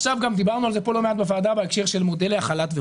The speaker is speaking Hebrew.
דיברנו לא מעט בוועדה בהקשר של זה מול החל"ת.